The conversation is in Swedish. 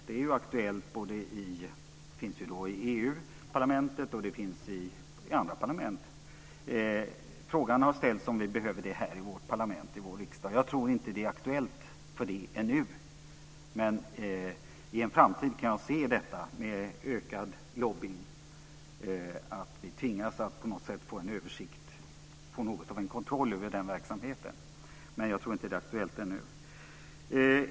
Det finns i EU-parlamentet och i andra parlament. Frågan har ställts om vi behöver det här i vårt parlament, i vår riksdag. Jag tror inte att det är aktuellt ännu. I en framtid med ökad lobbning jag kan se att vi tvingas till detta för att få en översikt och en kontroll av den verksamheten, men jag tror inte att det är aktuellt ännu.